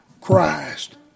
Christ